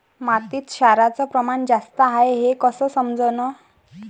मातीत क्षाराचं प्रमान जास्त हाये हे कस समजन?